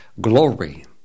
glory